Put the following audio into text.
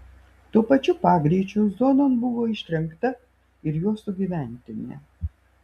tuo pačiu pagreičiu zonon buvo ištrenkta ir jo sugyventinė